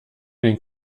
den